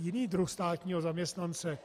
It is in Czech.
Jiný druh státního zaměstnance.